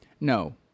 No